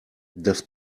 das